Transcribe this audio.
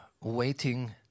waiting